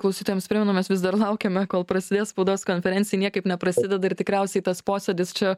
klausytojams primenu mes vis dar laukiame kol prasidės spaudos konferencija ji niekaip neprasideda ir tikriausiai tas posėdis čia